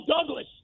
Douglas